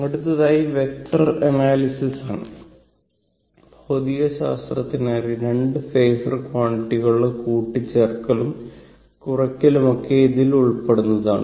അടുത്തതായി vector analysis ആണ് ഭൌതികശാസ്ത്രത്തിന് അറിയാം 2 ഫേസർ ക്വാണ്ടിറ്റികളുടെ കൂട്ടിച്ചേർക്കലും കുറയ്ക്കലും ഒക്കെ ഇതിൽ ഉൾപ്പെട്ടിട്ടുള്ളതാണ്